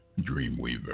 Dreamweaver